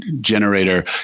generator